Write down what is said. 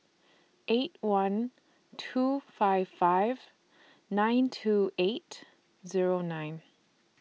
eight one two five five nine two eight Zero nine